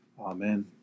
Amen